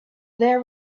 there